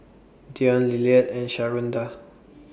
Deion Lillard and Sharonda